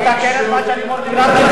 הוא מתקן את מה שלימור לבנת קלקלה,